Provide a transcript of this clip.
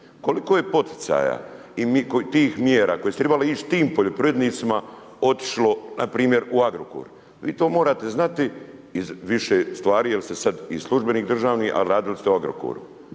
Koliko je poticaja? I tih mjera koje su trebale ići tim poljoprivrednicima otišlo npr. u Agrokor? Vi to morate znati iz više stvar jer ste sad i službenik državni, a radili ste u Agrokoru.